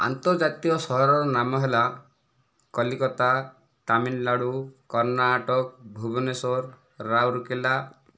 ଆନ୍ତର୍ଜାତୀୟ ସହରର ନାମ ହେଲା କଲିକତା ତାମିଲନାଡ଼ୁ କର୍ଣ୍ଣାଟକ ଭୁବନେଶ୍ୱର ରାଉରକେଲା